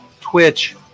Twitch